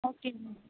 okay ma'am